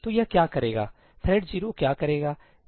तो यह क्या करेगा थ्रेड 0 क्या करेगा